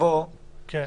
דינו - קנס של